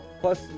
Plus